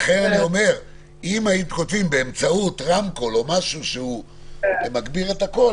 לכן אני אומר שאם הייתם כותבים ב"אמצעות רמקול או מגביר קול",